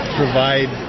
provide